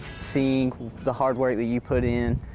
seeing the hard work that you put in,